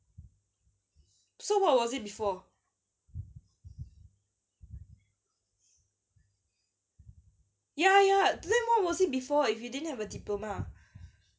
so what was it before ya then what was it before if you didn't have a diploma